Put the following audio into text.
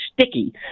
sticky